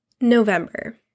November